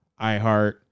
iHeart